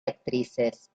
actrices